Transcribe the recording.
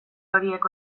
horiek